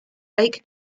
lake